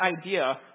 idea